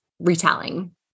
retelling